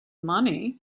money